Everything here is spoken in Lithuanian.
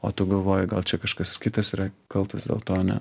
o tu galvoji gal čia kažkas kitas yra kaltas dėl to ane